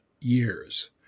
years